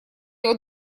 его